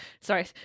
sorry